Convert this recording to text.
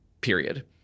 period